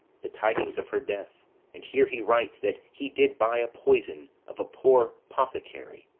the tidings of her death and here he writes that he did buy a poison of a poor pothecary,